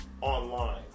online